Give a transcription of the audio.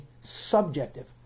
subjective